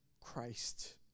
Christ